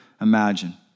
imagine